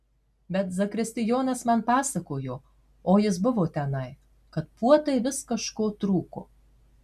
bet zakristijonas man pasakojo o jis buvo tenai kad puotai vis kažko trūko